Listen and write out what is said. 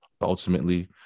ultimately